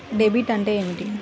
Debit అంటే ఏమిటి?